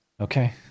Okay